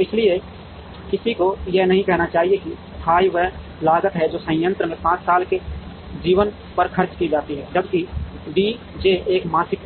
इसलिए किसी को यह नहीं कहना चाहिए कि फाई वह लागत है जो संयंत्र के 5 साल के जीवन पर खर्च की जाती है जबकि डी जे एक मासिक